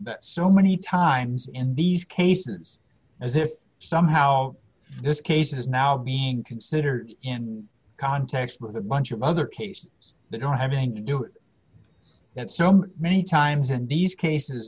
that so many times in these cases as if somehow this case is now being considered in context with a bunch of other cases that don't have anything to do that so many many times in these cases